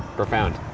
profound.